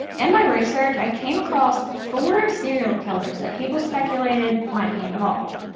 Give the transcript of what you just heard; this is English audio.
in my research, i came across four serial killers that people speculated might be involved.